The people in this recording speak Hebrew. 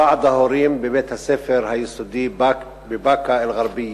ועד ההורים בבית-הספר היסודי בבאקה-אל-ע'רביה